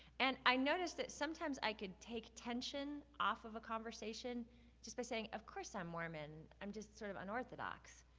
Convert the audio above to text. and i noticed that sometimes i could take tension off of a conversation just by saying, of course i'm mormon, i'm just sort of unorthodox.